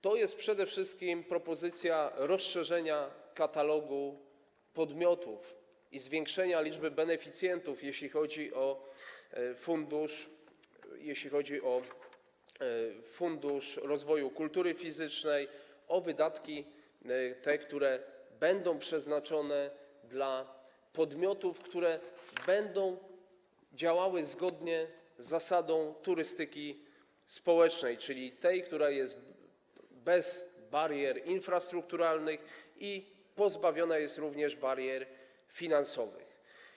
To jest przede wszystkim propozycja rozszerzenia katalogu podmiotów i zwiększenia liczby beneficjentów, jeśli chodzi o Fundusz Rozwoju Kultury Fizycznej, o te wydatki, które będą przeznaczane dla podmiotów, które będą działały zgodnie z zasadą turystyki społecznej, czyli tej, która jest bez barier infrastrukturalnych, jak również pozbawiona jest barier finansowych.